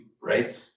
Right